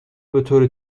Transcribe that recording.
بطور